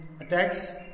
attacks